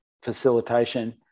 facilitation